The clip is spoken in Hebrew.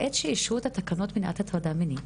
בעת שאישרו את התקנות האלו למניעת הטרדה מינית